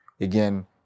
Again